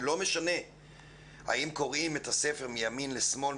ולא משנה אם קוראים את הספר מימין לשמאל,